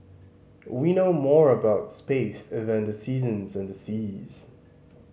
we know more about space than the seasons and the seas